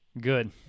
Good